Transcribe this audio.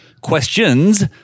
questions